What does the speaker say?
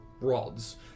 rods